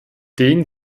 den